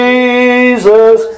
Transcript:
Jesus